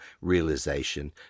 realization